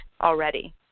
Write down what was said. already